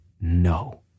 no